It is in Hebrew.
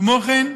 כמו כן,